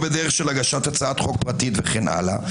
בדרך של הגשת הצעת חוק פרטית וכן הלאה,